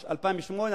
2008,